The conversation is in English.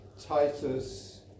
Titus